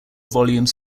volumes